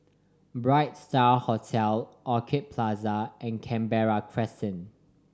Bright Star Hotel Orchid Plaza and Canberra Crescent